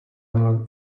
unlock